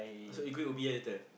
so you going Ubi ah later